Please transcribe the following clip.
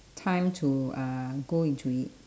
time to uh go into it